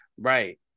Right